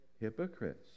hypocrites